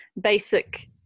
basic